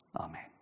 Amen